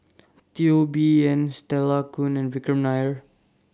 Teo Bee Yen Stella Kon and Vikram Nair